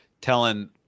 telling